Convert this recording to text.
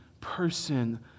person